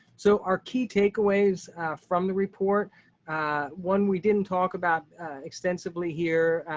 so our key takeaways from the report one, we didn't talk about extensively here,